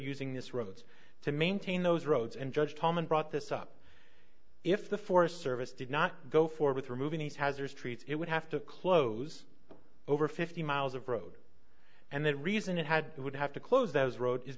using this roads to maintain those roads and judged home and brought this up if the forest service did not go for with removing each hazard streets it would have to close over fifty miles of road and the reason it had would have to close those roads is